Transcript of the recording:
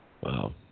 Wow